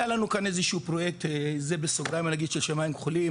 היה לנו כאן איזה שהוא פרויקט בסוגריים אני אגיד של שמיים כחולים,